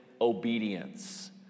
obedience